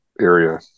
area